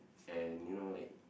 and you know like